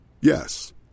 Yes